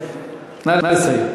נא לסיים.